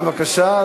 בבקשה,